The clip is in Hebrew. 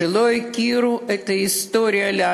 "בלוקדניקים",